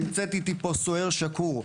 נמצאת איתנו סוהיר שקור,